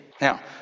Now